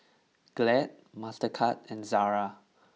Glad Mastercard and Zara